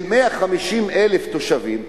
של 150,000 תושבים,